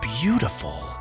beautiful